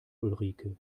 ulrike